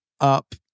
up